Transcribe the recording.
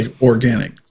organic